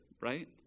right